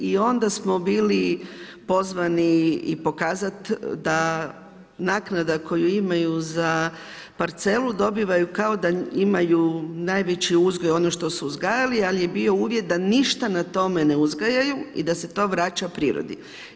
I onda smo bili pozvani i pokazati da naknada koju imaju za parcelu, dobivaju kao da imaju najveći uzgoj ono što su uzgajali, ali je bio uvjet da ništa na tome ne uzgajaju i da se to vraća prirodi.